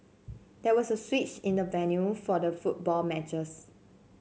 there was a switch in the venue for the football matches